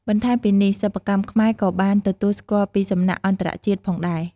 បន្ថែមពីនេះ សិប្បកម្មខ្មែរក៏បានទទួលស្គាល់ពីសំណាក់អន្តរជាតិផងដែរ។